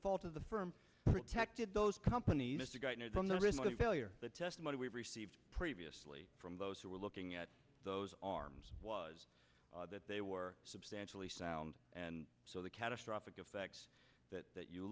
fault of the firm protected those companies mr geithner's on the result of failure the testimony we received previously from those who were looking at those arms was that they were substantially sound and so the catastrophic effects that that you